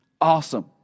Awesome